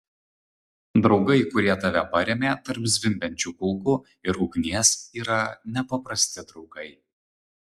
draugai kurie tave parėmė tarp zvimbiančių kulkų ir ugnies yra nepaprasti draugai